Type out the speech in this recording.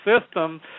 system